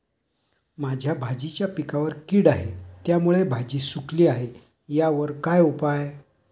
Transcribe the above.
माझ्या भाजीच्या पिकावर कीड आहे त्यामुळे भाजी सुकली आहे यावर काय उपाय?